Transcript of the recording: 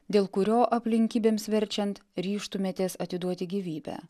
dėl kurio aplinkybėms verčiant ryžtumėtės atiduoti gyvybę